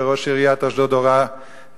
על כך שראש עיריית אשדוד הורה להפסיק